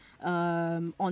on